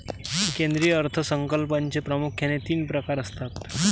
केंद्रीय अर्थ संकल्पाचे प्रामुख्याने तीन प्रकार असतात